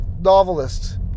novelist